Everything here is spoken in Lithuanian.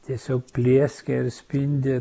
tiesiog plieskia ir spindi